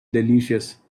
delicious